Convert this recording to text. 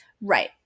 Right